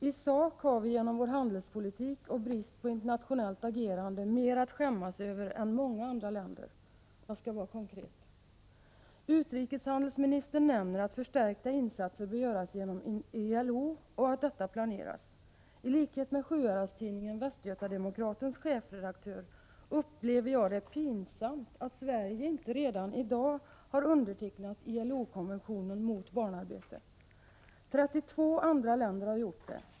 I sak har vi genom vår handelspolitik och brist på internationellt agerande mer att skämmas över än många andra länder. Jag skall vara konkret. Utrikeshandelsministern säger att förstärkta insatser bör göras genom ILO och att detta planeras. I likhet med Sjuhäradstidningen Västgöta-Demokratens chefredaktör upplever jag det som pinsamt att Sverige inte redan i dag har undertecknat ILO-konventionen mot barnarbete. 32 andra länder har gjort det.